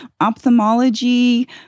ophthalmology